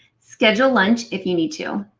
schedule lunch if you need to.